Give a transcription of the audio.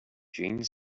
jane